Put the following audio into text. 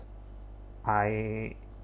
I